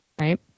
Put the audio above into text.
right